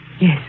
Yes